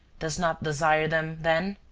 does not desire them, then?